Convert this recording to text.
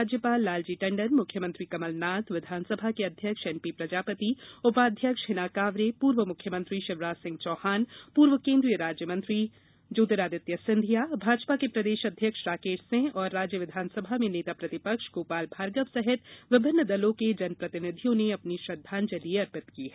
राज्यपाल लालजी टंडन मुख्यमंत्री कमलनाथ राज्य विधानसभा के अध्यक्ष एनपी प्रजापति उपाध्यक्ष हिना कांवरे पूर्व मुख्यमंत्री शिवराज सिंह चौहान पूर्व केन्द्रीय राज्य मंत्री ज्योतिरादित्य सिंधिया भाजपा के प्रदेश अध्यक्ष राकेश सिंह और राज्य विधानसभा में नेता प्रतिपक्ष गोपाल भार्गव सहित विभिन्न दलों के जनप्रतिनिधियों ने अपनी श्रद्वांजलि अर्पित की है